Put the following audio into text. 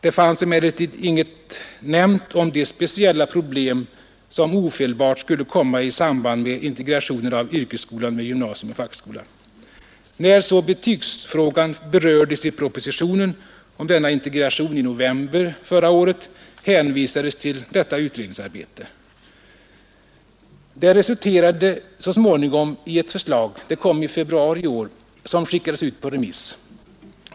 Det fanns emellertid inget nämnt om de speciella problem som ofelbart skulle komma i samband med integrationen av yrkesskolan med gymnasium och fackskola. När så betygsfrågan berördes i propositionen om denna integration i november förra aret, hänvisades till detta utredningsarbete. Det resulterade så småningom i ett förslag — det kom i februari i år — som skickades ut på remiss.